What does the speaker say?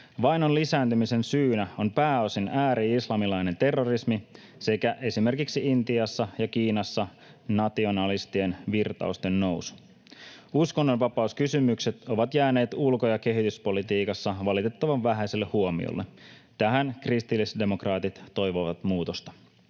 Vainon lisääntymisen syynä on pääosin ääri-islamilainen terrorismi sekä esimerkiksi Intiassa ja Kiinassa nationalististen virtausten nousu. Uskonnonvapauskysymykset ovat jääneet ulko- ja kehityspolitiikassa valitettavan vähäiselle huomiolle. Tähän kristillisdemokraatit toivovat muutosta.